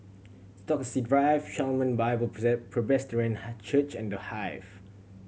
Stokesay Drive Shalom Bible Presbyterian Church and The Hive